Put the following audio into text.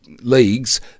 Leagues